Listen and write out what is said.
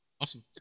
awesome